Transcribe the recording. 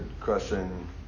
question